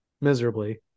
miserably